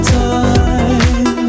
time